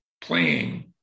playing